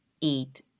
eat